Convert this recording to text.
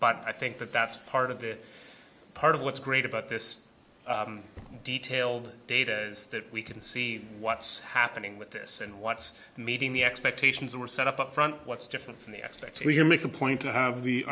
but i think that that's part of it part of what's great about this detailed data is that we can see what's happening with this and what's meeting the expectations were set up upfront what's different from the aspect we can make a point to have the